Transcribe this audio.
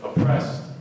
oppressed